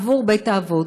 עבור בית-האבות,